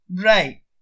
Right